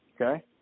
Okay